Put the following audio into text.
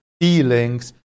feelings